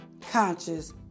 conscious